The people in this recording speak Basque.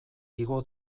igo